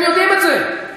הם יודעים את זה.